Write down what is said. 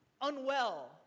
unwell